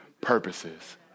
purposes